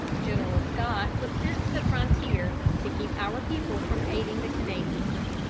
general scott was sent to the frontier to keep our people from aiding the canadians.